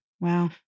Wow